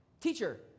Teacher